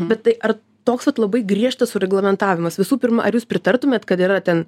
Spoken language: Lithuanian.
bet tai ar toks vat labai griežtas sureglamentavimas visų pirma ar jūs pritartumėt kad yra ten